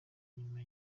nyuma